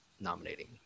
nominating